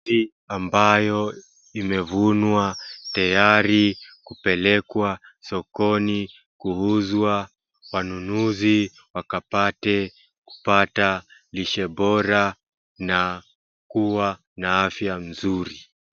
Ndizi ambayo imevunwa tayari kupelekwa sokoni kuuzwa wanunuzi wakapate kupata lishe bora na kuwa na afya nzuri.